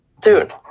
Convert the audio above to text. dude